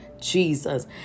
Jesus